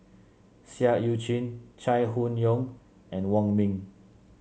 Seah Eu Chin Chai Hon Yoong and Wong Ming